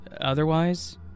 otherwise